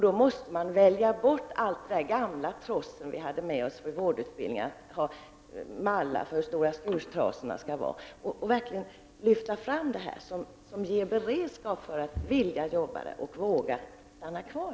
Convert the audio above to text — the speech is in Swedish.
Då måste man välja bort allt det gamla som vi hade med i vårdutbildningarna, som att ha mallar för hur stor skurtrasan skall vara, och verkligen lyfta fram det som ger beredskap för att jobba och vilja stanna kvar.